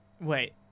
Wait